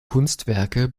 kunstwerke